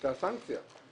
את הסנקציה.